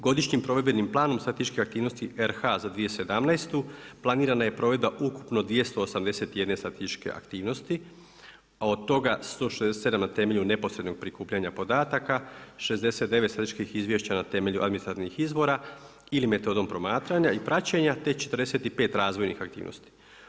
Godišnjim provedbenim planom statističke aktivnosti RH za 2017. planirana je provedba ukupno 281 statističke aktivnosti, a od toga 167 na temelju neposrednog prikupljanja podataka, 69 statističkih izvješća na temelju administrativnih izvora ili metodom promatranja i praćenja, te 45 razvojnih aktivnosti.